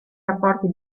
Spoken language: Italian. rapporti